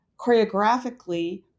choreographically